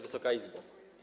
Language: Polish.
Wysoka Izbo!